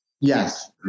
Yes